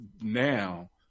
now